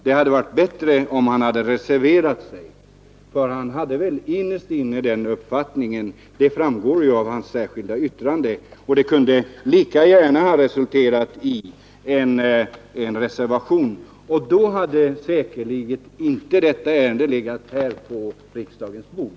Det hade varit bättre om han hade reserverat sig; det överensstämde väl med den uppfattning han innerst inne hade — det framgår av hans särskilda yttrande. Det kunde alltså lika gärna ha blivit en reservation, och då hade säkerligen inte detta ärende i dag legat på riksdagens bord.